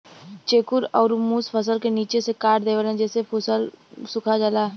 चेखुर अउर मुस फसल क निचे से काट देवेले जेसे फसल सुखा जाला